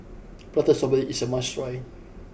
Prata Strawberry is a must try